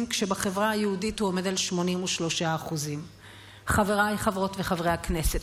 כשבחברה היהודית הוא עומד על 83%. חבריי חברות וחברי הכנסת,